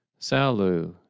Salu